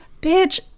bitch